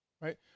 right